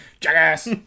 Jackass